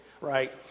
right